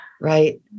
Right